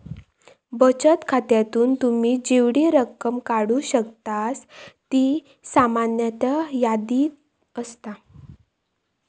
बचत खात्यातून तुम्ही जेवढी रक्कम काढू शकतास ती सामान्यतः यादीत असता